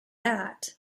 that